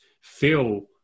feel